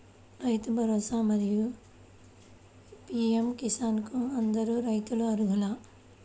రైతు భరోసా, మరియు పీ.ఎం కిసాన్ కు అందరు రైతులు అర్హులా?